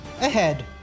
ahead